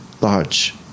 large